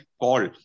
call